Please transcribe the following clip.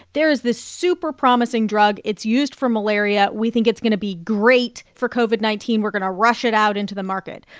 there is this super-promising drug. it's used for malaria. we think it's going to be great for covid nineteen. we're going to rush it out into the market.